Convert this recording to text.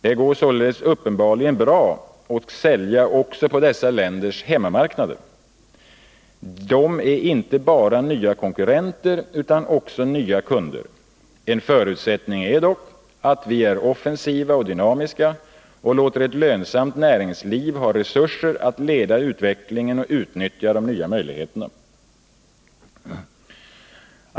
Det går således uppenbarligen bra att sälja också på dessa länders hemmamarknader. De är inte bara nya konkurrenter utan också nya kunder. En förutsättning är dock att vi är offensiva och dynamiska och låter ett lönsamt näringsliv ha resurser att leda utvecklingen och utnyttja de nya möjligheterna.